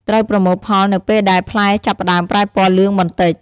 ត្រូវប្រមូលផលនៅពេលដែលផ្លែចាប់ផ្តើមប្រែពណ៌លឿងបន្តិច។